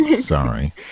sorry